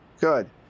good